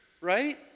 right